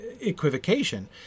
equivocation